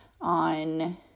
on